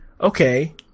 okay